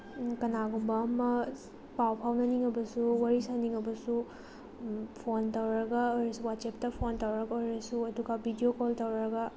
ꯀꯅꯥꯒꯨꯝꯕ ꯑꯃ ꯄꯥꯎ ꯐꯥꯎꯅꯅꯤꯡꯂꯕꯁꯨ ꯋꯥꯔꯤ ꯁꯥꯟꯅꯅꯤꯡꯂꯕꯁꯨ ꯐꯣꯟ ꯇꯧꯔꯒ ꯑꯣꯏꯔꯁꯨ ꯋꯥꯆꯦꯞꯇ ꯐꯣꯟ ꯇꯧꯔꯒ ꯑꯣꯏꯔꯁꯨ ꯑꯗꯨꯒ ꯕꯤꯗꯤꯑꯣ ꯀꯣꯜ ꯇꯧꯔꯒ